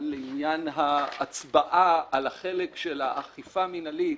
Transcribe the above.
לעניין ההצבעה על החלק של האכיפה מינהלית.